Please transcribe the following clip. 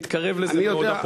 מתקרב לזה מאוד,